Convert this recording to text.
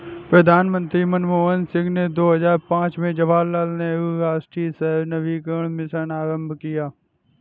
प्रधानमंत्री मनमोहन सिंह ने दो हजार पांच में जवाहरलाल नेहरू राष्ट्रीय शहरी नवीकरण मिशन आरंभ किया